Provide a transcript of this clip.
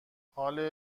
حال